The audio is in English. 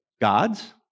God's